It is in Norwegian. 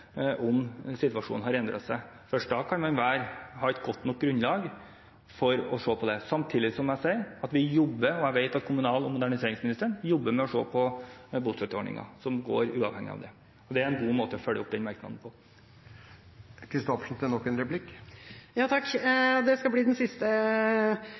om situasjonen har endret seg. Først da kan man ha et godt nok grunnlag for å se på det. Samtidig vil jeg si at vi jobber med det, og jeg vet at kommunal- og moderniseringsministeren jobber med å se på bostøtteordningen, som går uavhengig av det. Det er en god måte å følge opp den merknaden på. Betyr statsrådens svar på mitt forrige spørsmål da at det